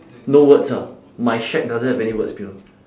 no words ah my shack doesn't have any words here